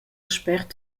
spert